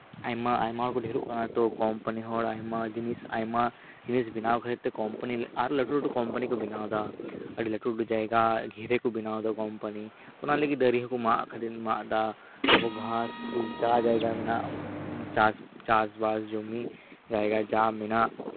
ᱟᱭᱢᱟᱼᱟᱭᱢᱟ ᱠᱚ ᱰᱷᱮᱨᱚᱜ ᱠᱟᱱᱟ ᱛᱚ ᱠᱚᱢᱯᱟᱱᱤ ᱦᱚᱲ ᱟᱭᱢᱟ ᱡᱤᱱᱤᱥ ᱵᱮᱱᱟᱣ ᱠᱷᱟᱹᱛᱤᱨ ᱛᱮ ᱠᱚᱢᱯᱟᱱᱤ ᱟᱨᱦᱚᱸ ᱞᱟᱹᱴᱩᱼᱞᱟᱹᱴᱩ ᱠᱚᱢᱯᱟᱱᱤ ᱠᱚ ᱵᱮᱱᱟᱣ ᱮᱫᱟ ᱟᱹᱰᱤ ᱞᱟᱹᱴᱩᱼᱞᱟᱹᱴᱩ ᱡᱟᱭᱜᱟ ᱜᱷᱤᱨᱮ ᱠᱚ ᱵᱮᱱᱟᱣ ᱮᱫᱟ ᱠᱚᱢᱯᱟᱱᱤ ᱫᱟᱨᱮ ᱦᱚᱸᱠᱚ ᱢᱟᱜ ᱮᱫᱟ ᱛᱟᱨᱯᱚᱨ ᱜᱷᱟᱸᱥᱼᱯᱷᱩᱞ ᱡᱟ ᱡᱟᱭᱜᱟ ᱢᱮᱱᱟᱜ ᱪᱟᱥᱵᱟᱥ ᱡᱚᱢᱤ ᱡᱟᱭᱜᱟ ᱡᱟ ᱢᱮᱱᱟᱜᱼᱟ